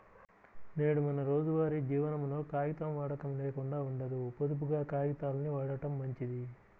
నేడు మన రోజువారీ జీవనంలో కాగితం వాడకం లేకుండా ఉండదు, పొదుపుగా కాగితాల్ని వాడటం మంచిది